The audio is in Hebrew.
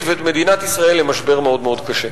ואת מדינת ישראל למשבר מאוד מאוד קשה.